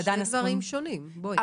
אבל אלה שני דברים שונים, לא לערבב.